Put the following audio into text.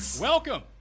Welcome